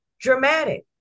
dramatic